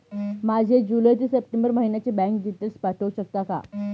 माझे जुलै ते सप्टेंबर महिन्याचे बँक डिटेल्स पाठवू शकता का?